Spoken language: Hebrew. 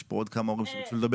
יש פה עוד כמה הורים שרצו לדבר.